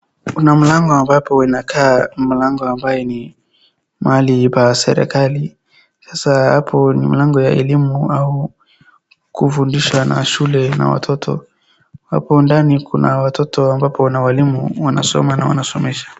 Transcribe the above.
Kuna mlango ambapo inakaa mlango ambaye ni mahali pa serikali. Sasa hapo ni mlango ya elimu au kufundishwa na shule na watoto. Hapo ndani kuna watoto ambapo na walimu wanasoma na wanasomesha.